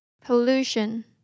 Pollution